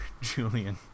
Julian